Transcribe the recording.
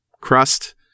crust